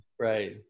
Right